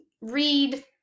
read